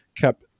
kept